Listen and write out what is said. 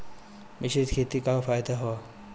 मिश्रित खेती क का फायदा ह?